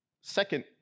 second